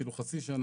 כאילו חצי שנה,